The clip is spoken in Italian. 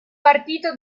partito